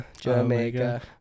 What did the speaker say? Jamaica